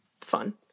fun